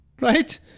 right